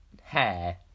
hair